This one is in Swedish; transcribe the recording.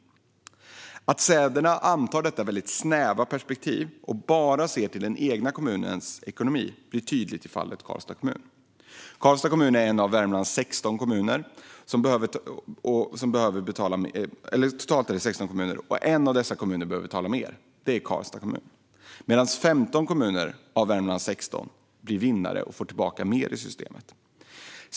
Att städer antar detta snäva perspektiv och bara ser till den egna kommunens ekonomi blir tydligt i fallet med Karlstads kommun. Av Värmlands totalt 16 kommuner är det en, Karlstads kommun, som behöver betala mer medan 15 kommuner blir vinnare och får tillbaka mer av systemet.